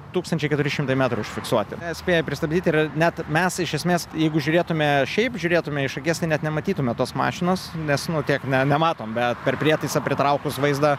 tūkstančiai keturi šimtai metrų užfiksuoti nespėja pristabdyti ir net mes iš esmės jeigu žiūrėtume šiaip žiūrėtume iš akies tai net nematytume tos mašinos nes nu tiek ne nematom bet per prietaisą pritraukus vaizdą